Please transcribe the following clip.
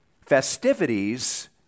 festivities